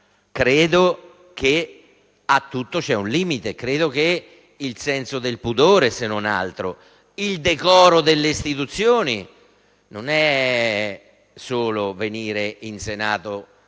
Credo che a tutto ci sia un limite e che il senso del pudore, se non altro, e il decoro delle istituzioni non stiano solo nel venire in Senato